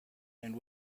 and